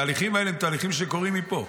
התהליכים האלה, הם תהליכים שקורים מפה.